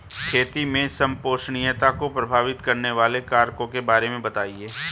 खेती में संपोषणीयता को प्रभावित करने वाले कारकों के बारे में बताइये